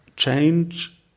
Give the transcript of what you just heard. Change